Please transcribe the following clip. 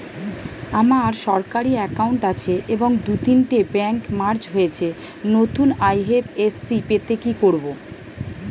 আমার সরকারি একাউন্ট আছে এবং দু তিনটে ব্যাংক মার্জ হয়েছে, নতুন আই.এফ.এস.সি পেতে কি করব?